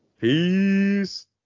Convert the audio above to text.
Peace